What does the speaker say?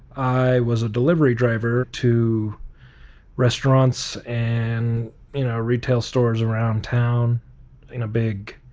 i was a delivery driver to restaurants and you know retail stores around town in a big,